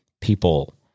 people